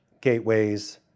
gateways